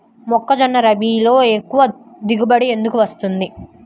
మొక్కజొన్న రబీలో ఎక్కువ దిగుబడి ఎందుకు వస్తుంది?